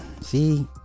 see